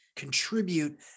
contribute